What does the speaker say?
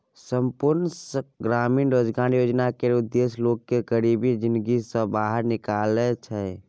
संपुर्ण ग्रामीण रोजगार योजना केर उद्देश्य लोक केँ गरीबी जिनगी सँ बाहर निकालब छै